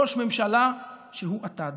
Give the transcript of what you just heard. ראש ממשלה שהוא אטד.